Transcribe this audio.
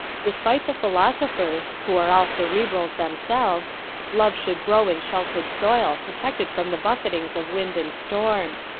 despite the philosophers who are all cerebrals themselves love should grow in sheltered soil, protected from the buffetings of wind and storm.